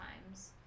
times